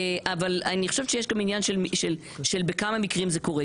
אני חושבת שיש גם שאלה בכמה מקרים זה קורה.